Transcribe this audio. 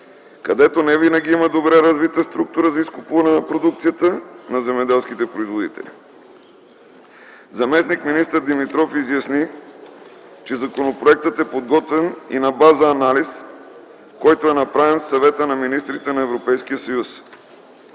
където невинаги има добре развита структура за изкупуване на продукцията на земеделските производители. Заместник-министър Димитров изясни, че законопроектът е подготвен и на база анализ, който е направен в Съвета на министрите на Европейския съюз.